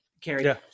Carrie